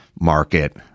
market